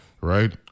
right